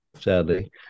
sadly